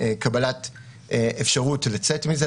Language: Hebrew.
קבלת אפשרות לצאת מזה.